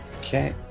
Okay